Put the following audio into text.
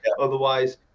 otherwise